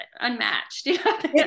unmatched